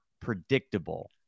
predictable